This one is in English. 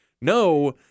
No